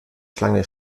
schlange